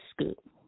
scoop